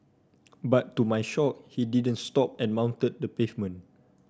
but to my shock he didn't stop and mounted the pavement